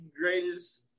greatest